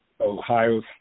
Ohio